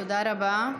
תודה רבה,